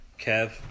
Kev